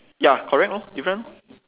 ya correct lor different